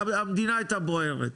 המדינה הייתה בוערת.